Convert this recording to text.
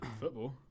Football